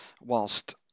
whilst